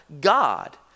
God